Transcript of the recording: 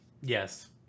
Yes